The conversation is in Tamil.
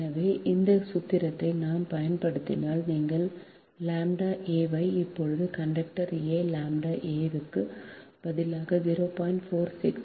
எனவே இந்த சூத்திரத்தை நாம் பயன்படுத்தினால் நீங்கள் ʎa ஐ இப்போது கண்டக்டர் 'a' ʎa க்கு பதிலாக 0